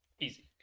easy